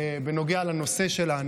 בנוגע לנושא שלנו,